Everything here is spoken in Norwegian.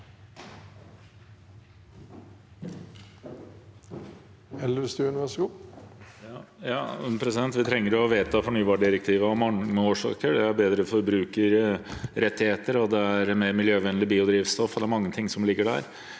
Vi trenger å vedta for- nybardirektivet av mange årsaker. Det er bedre for forbrukerrettighetene og for mer miljøvennlig biodrivstoff